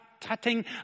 tutting